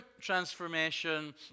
transformation